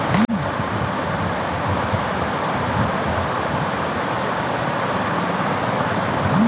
నేను online లో పెట్టుబడులు పెడితే ఏమైనా లాభం ఉంటదా?